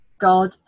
God